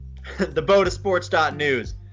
thebodasports.news